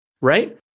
right